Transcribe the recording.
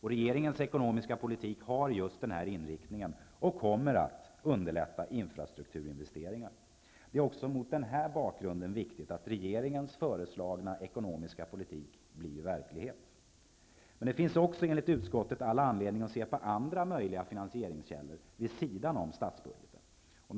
Regeringens ekonomiska politik har just denna inriktning och kommer att underlätta infrastrukturinvesteringar. Det är också med denna bakgrund viktigt att regeringens föreslagna politik blir verklighet. Det finns också enligt utskottet all anledning att se på andra möjliga finansieringskällor vid sidan om statsbudgeten.